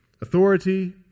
authority